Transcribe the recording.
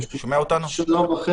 שלום.